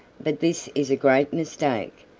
but this is a great mistake.